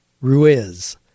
Ruiz